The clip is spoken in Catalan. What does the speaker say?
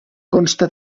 consta